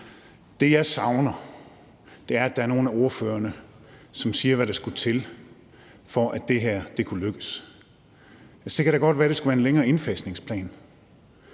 Det, jeg savner, er, at der er nogle af ordførerne, som siger, hvad der skulle til, for at det her kunne lykkes. Så kan det godt være, at der skulle være en længere indfasningsplan;